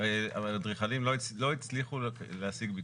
אדריכלים לא הצליחו להשיג ביטוחים.